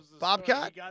Bobcat